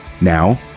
Now